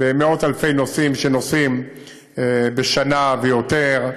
במאות אלפי נוסעים בשנה ויותר.